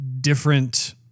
different